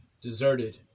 deserted